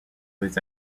des